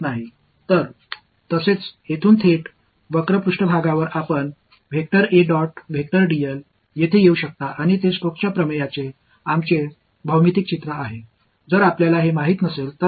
எனவே இங்கே நேரடியாக ஐ எடுத்துக் கொள்ளலாம் இங்கே வளைந்த மேற்பரப்பில் அதை கூட்டவும் இது ஸ்டோக் தியரதின் Stoke's theorem சரியான வடிவியல் படம்